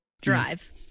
drive